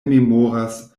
memoras